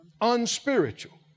unspiritual